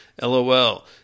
LOL